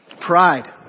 pride